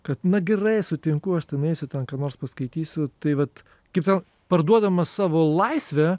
kad na gerai sutinku aš ten eisiu ten ką nors paskaitysiu tai vat kaip tau parduodamas savo laisvę